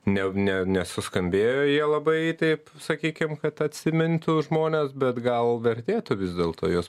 ne ne nesuskambėjo jie labai taip sakykim kad atsimintų žmonės bet gal vertėtų vis dėlto juos